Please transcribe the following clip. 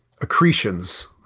accretions